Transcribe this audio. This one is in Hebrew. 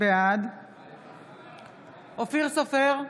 בעד אופיר סופר,